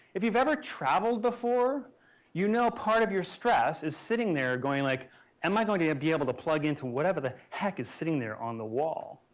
if you've ever traveled before you know part of your stress is sitting there going like am i going to be able to plug into whatever the heck is sitting there on the wall?